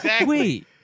Wait